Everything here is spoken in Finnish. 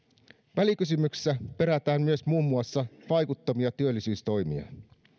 välikysymyksessä perätään myös muun muassa vaikuttavia työllisyystoimia